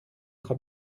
sera